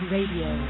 Radio